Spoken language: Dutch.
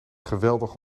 geweldig